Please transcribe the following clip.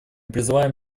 призываем